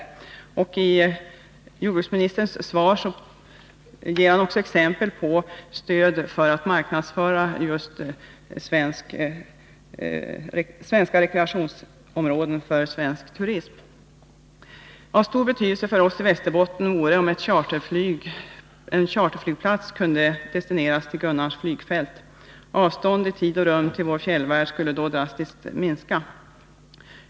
I svaret ger jordbruksministern också exempel på stöd till marknadsföring av just svenska rekreationsområden för svensk turism. Av stor betydelse för oss i Västerbotten vore om charterflyg kunde destineras till Gunnarns flygfält. Avstånd i tid och rum till vår fjällvärd skulle då drastiskt minska.